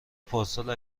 پارسال